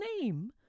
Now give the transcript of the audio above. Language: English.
name